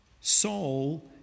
Saul